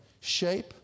shape